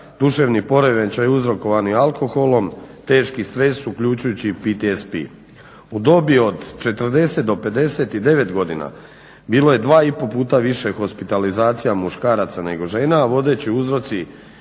duševni poremećaj uzrokovani alkoholom, teški stres uključujući i PTSP. U dobi od 40 do 59 godina bilo je 2,5 puta više hospitalizacija muškaraca nego žena, a vodeći uzroci